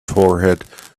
forehead